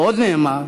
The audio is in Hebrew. ועוד נאמר: